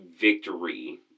victory